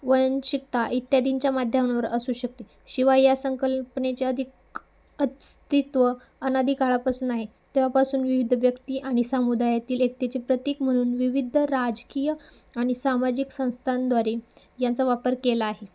वंशिकता इत्यादींच्या माध्यमावर असू शकते शिवाय या संकल्पनेचे अधिक अस्तित्व अनादी काळापासून आहे तेव्हापासून विविध व्यक्ती आणि सामुदायातील एकतेचे प्रतीक म्हणून विविध राजकीय आणि सामाजिक संस्थांद्वारे यांचा वापर केला आहे